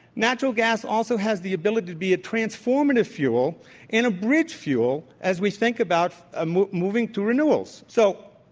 natural gas also has the ability to be a transformative fuel and a bridge fuel as we think about ah moving moving to renewal. excuse so